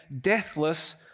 deathless